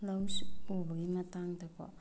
ꯂꯧ ꯁꯤꯡ ꯎꯕꯒꯤ ꯃꯇꯥꯡꯗꯀꯣ